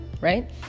right